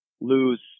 lose